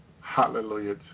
Hallelujah